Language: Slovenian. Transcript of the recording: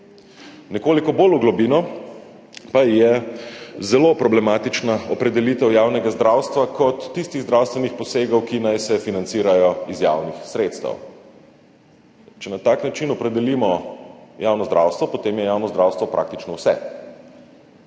Nekoliko bolj v globini pa je zelo problematična opredelitev javnega zdravstva kot tistih zdravstvenih posegov, ki naj se financirajo iz javnih sredstev. Če na tak način opredelimo javno zdravstvo, potem je javno zdravstvo praktično vse,